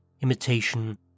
imitation